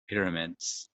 pyramids